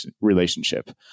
relationship